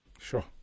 Sure